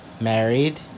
married